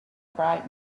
bright